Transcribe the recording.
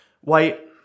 white